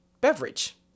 beverage